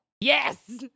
Yes